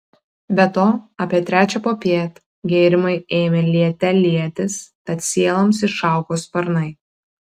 be to apie trečią popiet gėrimai ėmė liete lietis tad sieloms išaugo sparnai